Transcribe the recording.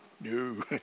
No